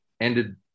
ended